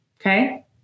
okay